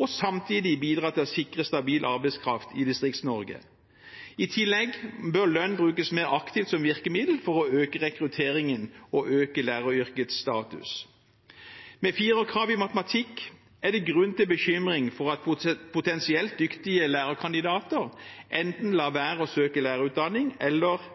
og samtidig bidra til å sikre stabil arbeidskraft i Distrikts-Norge. I tillegg bør lønn brukes mer aktivt som virkemiddel for å øke rekrutteringen og øke læreryrkets status. Med 4-kravet i matematikk er det grunn til bekymring for at potensielt dyktige lærerkandidater enten lar være å søke lærerutdanning eller